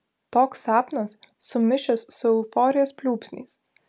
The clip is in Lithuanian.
toks sapnas sumišęs su euforijos pliūpsniais